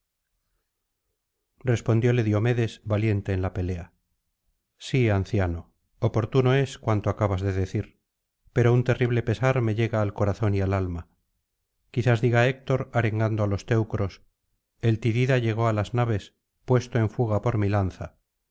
respondióle diomedes valiente en la pelea sí anciano oportuno es cuanto acabas de decir pero un terrible pesar me llega al corazón y al alma quizás diga héctor arengando á los teucros el tidida llegó á las naves puesto en fuga por mi lanza